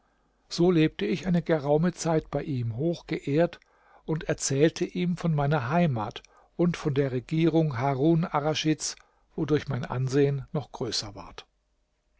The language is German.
so lebte ich eine geraume zeit bei ihm hochgeehrt und erzählte ihm von meiner heimat und von der regierung harun arraschids wodurch mein ansehen noch größer ward